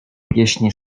pieśni